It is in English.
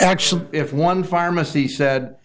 action if one pharmacy said